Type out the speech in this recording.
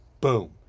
boom